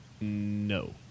No